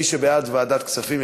מי שבעד ועדת הכספים,